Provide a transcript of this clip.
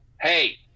hey